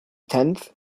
tenth